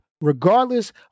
regardless